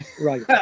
Right